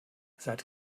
seit